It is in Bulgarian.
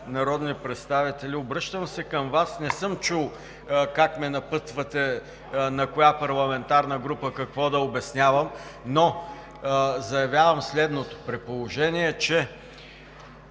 народни представители! Обръщам се към Вас – не съм чул как ме напътвате на коя парламентарна група какво да обяснявам, но заявявам следното. При положение че